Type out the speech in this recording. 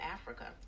Africa